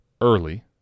early